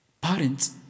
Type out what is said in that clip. Parents